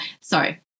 sorry